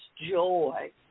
joy